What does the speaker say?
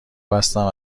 بستم